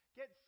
get